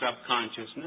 subconsciousness